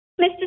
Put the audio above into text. Mr